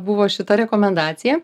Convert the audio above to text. buvo šita rekomendacija